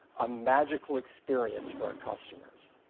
a magical experience for our customers.